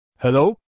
Hello